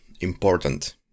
important